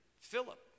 Philip